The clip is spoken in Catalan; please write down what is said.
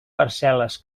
parcel·les